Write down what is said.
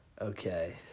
Okay